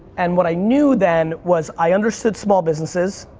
and what i knew then was i understood small businesses,